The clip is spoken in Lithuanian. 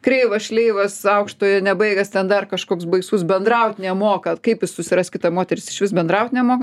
kreivas šleivas aukštojo nebaigęs ten dar kažkoks baisus bendraut nemoka kaip jis susiras kitą moterį jis išvis bendraut nemoka